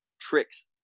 tricks